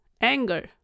anger